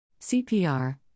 CPR